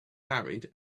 married